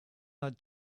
that